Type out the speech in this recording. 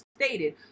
stated